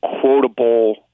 quotable